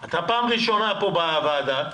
אתה פעם ראשונה בוועדה.